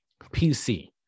PC